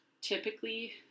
Typically